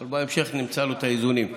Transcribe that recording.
אבל בהמשך נמצא לו את האיזונים.